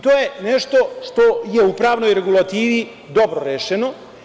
To je nešto što je u pravnoj regulativi dobro rešeno.